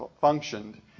functioned